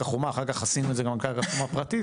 אחר כך עשינו את זה גם על קרקע חומה פרטית,